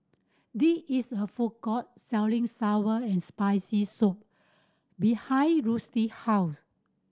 the is a food court selling sour and Spicy Soup behind Rusty house